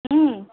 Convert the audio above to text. ம்